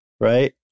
right